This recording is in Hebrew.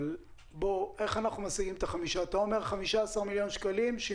אבל איך אנחנו משיגים את 15 מיליון השקלים האלה?